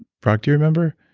brock, do you remember?